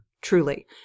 truly